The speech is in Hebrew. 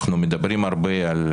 אנחנו מדברים הרבה על